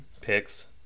picks